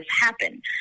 happen